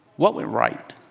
what went right?